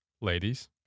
Ladies